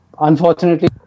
unfortunately